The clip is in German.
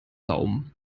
daumen